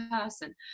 person